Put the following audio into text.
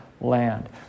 land